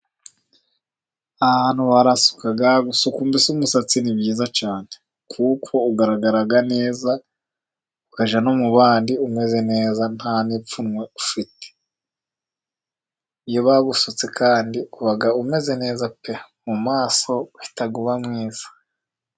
Aha hantu barasuka, gusuka mbese umusatsi ni byiza cyane, kuko ugaragara neza, ukajya no mubandi umeze neza, nta n'ipfunwe ufite, iyo bagusutse kandi uba umeze neza pe! mumaso uhita uba mwiza.